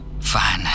Fine